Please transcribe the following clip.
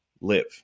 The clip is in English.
live